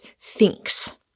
thinks